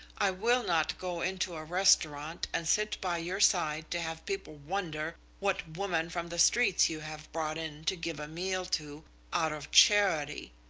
i will not go into a restaurant and sit by your side to have people wonder what woman from the streets you have brought in to give a meal to out of charity.